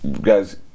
guys